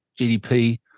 GDP